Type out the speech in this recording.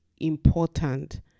important